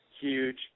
huge